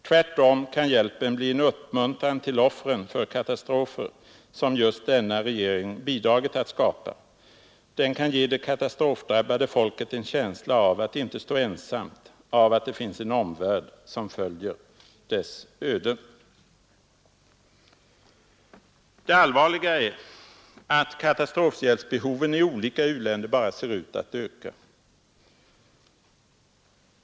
Tvärtom kan hjälpen bli en uppmuntran till offren för katastrofer som just denna regering bidragit att skapa — den kan ge det katastrofdrabbade folket en känsla av att inte stå ensamt, av att det finns en omvärld som följer dess öden.” Det allvarliga är att katastrofhjälpsbehoven i olika u-länder bara ser ut att öka.